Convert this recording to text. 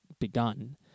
begun